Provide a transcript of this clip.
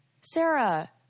Sarah